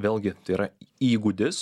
vėlgi tai yra įgūdis